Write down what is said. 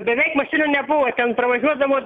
beveik mašinų nebuvo ten pravažiuodavo